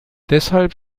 deshalb